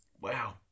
Wow